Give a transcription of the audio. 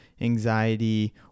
anxiety